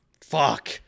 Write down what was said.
fuck